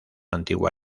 antigua